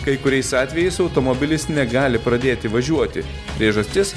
kai kuriais atvejais automobilis negali pradėti važiuoti priežastis